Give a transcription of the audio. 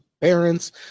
parents